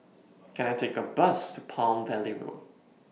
Can I Take A Bus to Palm Valley Road